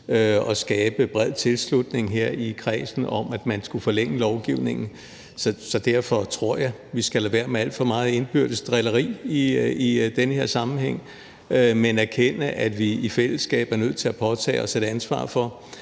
at skabe bred tilslutning her i kredsen om, at man skulle forlænge lovgivningen. Så derfor tror jeg, vi skal lade være med alt for meget indbyrdes drilleri i den her sammenhæng, men erkende, at vi i fællesskab er nødt til at påtage os et ansvar for,